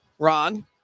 Ron